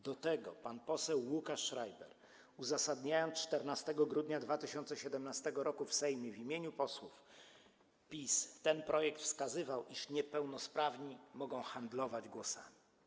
Do tego pan poseł Łukasz Schreiber, uzasadniając 14 grudnia 2017 r. w Sejmie w imieniu posłów PiS ten projekt, wskazywał, iż niepełnosprawni mogą handlować głosami.